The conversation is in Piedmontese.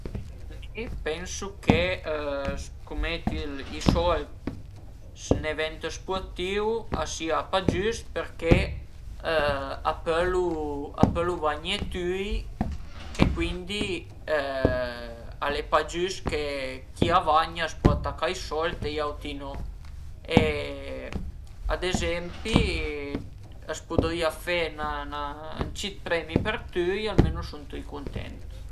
Mi pensu che scumeti i sold sü ün evento spurtìu a sia pa giüst perché a pölu a pölu vagné tüi e cuindi al e pa giüst che chi a vagna a s'porta a ca i sold e i auti no e ad ezempi a s'pudrìa fe 'na 'na ün cit premi për tüi, almenu sun tüi cuntent